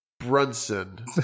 Brunson